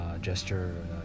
gesture